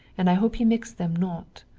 and i hope he mix them not.